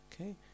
Okay